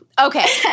Okay